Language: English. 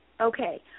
Okay